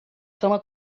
cama